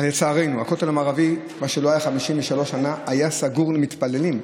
לצערנו, הכותל המערבי היה סגור למתפללים,